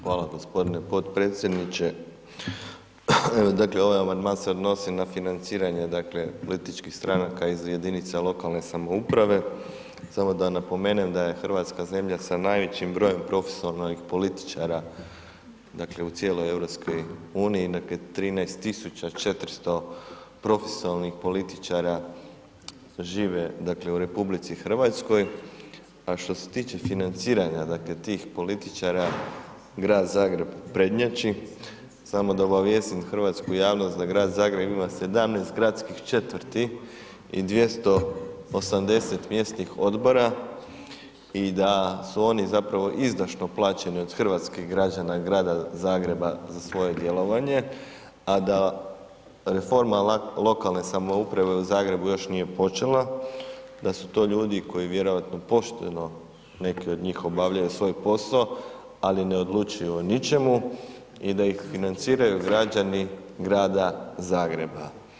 Hvala gospodine podpredsjedniče, evo dakle ovaj amandman se odnosi na financiranje dakle političkih stranaka iz jedinica lokalne samouprave, samo da napomenem da je Hrvatska zemlja sa najvećim brojem profesionalnih političara dakle u cijeloj EU, dakle, 13400 profesionalnih političara žive, dakle, u RH, a što se tiče financiranja, dakle, tih političara, Grad Zagreb prednjači, sami da obavijestim hrvatsku javnost da Grad Zagreb ima 17 gradskih četvrti i 280 mjesnih odbora i da su oni zapravo izdašno plaćeni od hrvatskih građana Grada Zagreba za svoje djelovanje, a da reforma lokalne samouprave u Zagrebu još nije počela, da su to ljudi koji vjerojatno pošteno, neki od njih obavljaju svoj posao, ali ne odlučuju o ničemu i da ih financiraju građani Grada Zagreba.